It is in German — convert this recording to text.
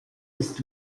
ist